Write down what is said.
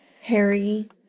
Harry